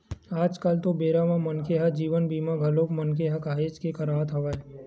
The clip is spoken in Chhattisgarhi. आज कल तो बेरा म मनखे ह जीवन बीमा घलोक मनखे ह काहेच के करवात हवय